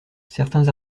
certains